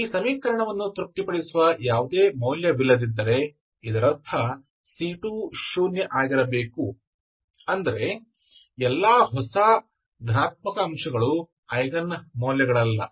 ಈ ಸಮೀಕರಣವನ್ನು ತೃಪ್ತಿಪಡಿಸುವ ಯಾವುದೇ ಮೌಲ್ಯವಿಲ್ಲದಿದ್ದರೆ ಇದರರ್ಥ c2 ಶೂನ್ಯ ಆಗಿರಬೇಕು ಅಂದರೆ ಎಲ್ಲಾ ಹೊಸ ಧನಾತ್ಮಕ ಅಂಶಗಳು ಐಗನ್ ಮೌಲ್ಯಗಳಲ್ಲ